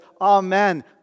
Amen